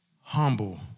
humble